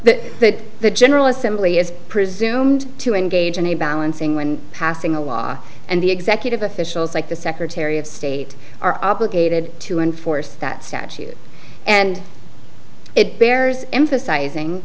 it that the general assembly is presumed to engage in a balancing when passing a law and the executive officials like the secretary of state are obligated to enforce that statute and it bears emphasizing